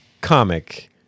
comic